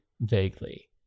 vaguely